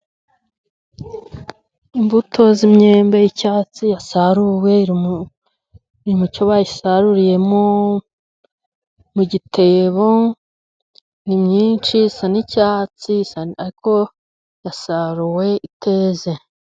Imbuto z'imyembe y'icyatsi yasaruwe, iri mu cyo bayisaruriyemo, mu gitebo. Ni myinshi isa n'icyatsi ariko yasaruwe iteze.